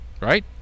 right